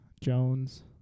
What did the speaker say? jones